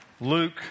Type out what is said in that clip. Luke